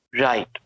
Right